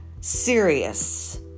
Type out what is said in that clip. serious